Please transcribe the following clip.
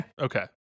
Okay